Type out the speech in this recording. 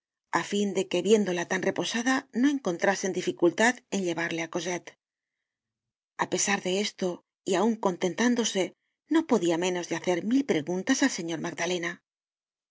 á fin de que viéndola tan reposada no encontrasen dificultad en llevarle á cosette a pesar de esto y aun contentándose no podia menos de hacer mil preguntas al señor magdalena